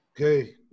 Okay